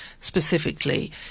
specifically